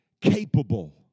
capable